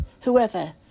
whoever